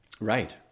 Right